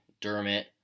Dermot